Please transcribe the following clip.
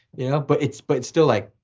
you know. but it's but still like,